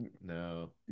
No